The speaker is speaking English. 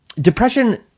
Depression